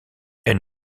elle